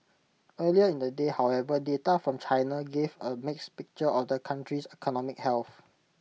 earlier in the day however data from China gave A mixed picture of the country's economic health